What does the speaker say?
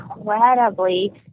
incredibly